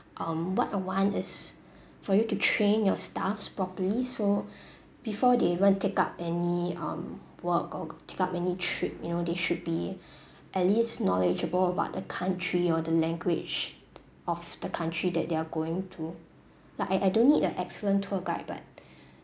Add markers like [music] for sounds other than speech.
um what I want is for you to train your staffs properly so [breath] before they even take up any um work or take up any trip you know they should be [breath] at least knowledgeable about the country or the language of the country that they are going to like I I don't need a excellent tour guide but [breath]